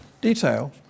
detail